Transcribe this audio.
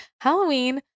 Halloween